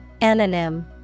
Anonym